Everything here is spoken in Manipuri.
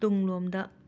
ꯇꯨꯡꯂꯣꯝꯗ